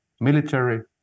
military